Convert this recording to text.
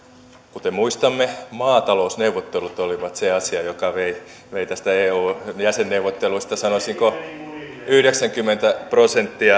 kuten muistamme maatalousneuvottelut olivat se asia joka vei eu jäsenneuvotteluista sanoisinko yhdeksänkymmentä prosenttia